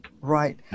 Right